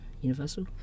Universal